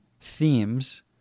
themes